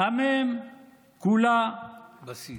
המ' כולה, בסיס.